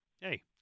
Hey